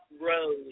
road